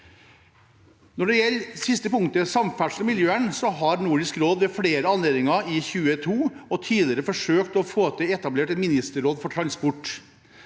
Når det gjelder det siste punktet, samferdsel og miljøvern, har Nordisk råd ved flere anledninger i 2022 og tidligere forsøkt å få etablert et ministerråd for transport.